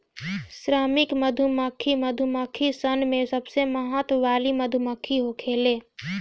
श्रमिक मधुमक्खी मधुमक्खी सन में सबसे महत्व वाली मधुमक्खी होखेले